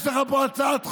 יש לך פה הצעת חוק.